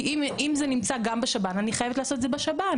כי אם זה נמצא גם בשב"ן אני חייבת לעשות את זה בשב"ן,